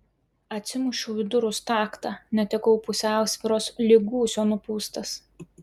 atsimušiau į durų staktą netekau pusiausvyros lyg gūsio nupūstas